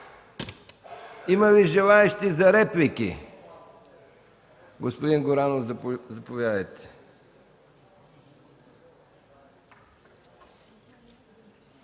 Има ли желаещи за реплики? Уважаеми господин Горанов, заповядайте.